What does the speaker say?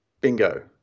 bingo